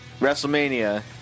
WrestleMania